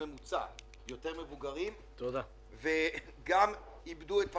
מבוגרים וגם איבדו את פרנסתם.